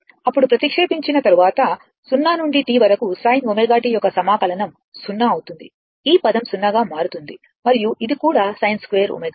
అప్పుడు ప్రతిక్షేపించిన తరువాత 0 నుండి T వరకు sin ω t యొక్క సమాకలనం 0 అవుతుంది ఈ పదం 0 గా మారుతుంది మరియు ఇది కూడా sin2ω t